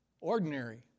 ordinary